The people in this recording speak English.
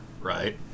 right